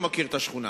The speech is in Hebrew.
מהשכונה.